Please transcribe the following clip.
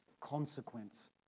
consequence